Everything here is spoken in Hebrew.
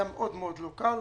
היה מאוד לא קל,